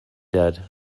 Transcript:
dead